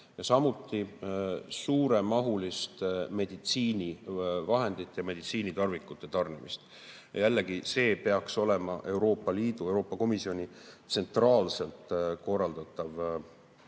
samuti suuremahulist meditsiinivahendite ja meditsiinitarvikute tarnimist. Jällegi, see peaks olema Euroopa Liidu, Euroopa Komisjoni tsentraalselt korraldatav